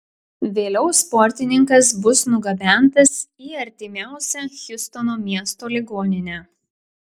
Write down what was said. vėliau sportininkas bus nugabentas į artimiausią hjustono miesto ligoninę